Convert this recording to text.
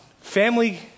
family